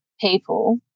people